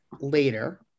later